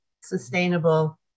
sustainable